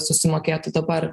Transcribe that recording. susimokėtų dabar